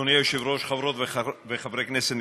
אדוני היושב-ראש, חברות וחברי כנסת נכבדים,